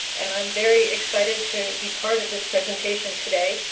and i'm very excited to be part of this presentation today.